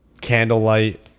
candlelight